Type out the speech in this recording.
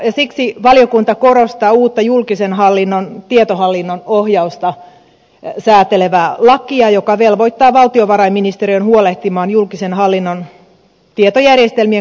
siksi valiokunta korostaa uutta julkisen hallinnon tietohallinnon ohjausta säätelevää lakia joka velvoittaa valtiovarainministeriön huolehtimaan julkisen hallinnon tietojärjestelmien kokonaisarkkitehtuurista ja yhteentoimivuudesta